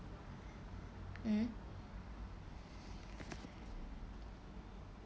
mm